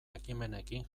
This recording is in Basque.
ekimenekin